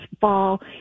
fall